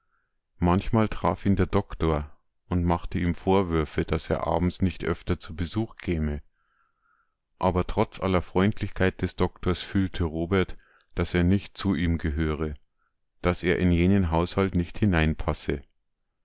manchmal traf ihn der doktor und machte ihm vorwürfe daß er abends nicht öfter zu besuch käme aber trotz aller freundlichkeit des doktors fühlte robert daß er nicht zu ihm gehöre daß er in jenen haushalt nicht hineinpasse